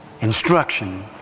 instruction